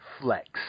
Flex